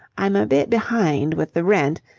i'm a bit behind with the rent,